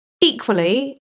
Equally